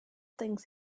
things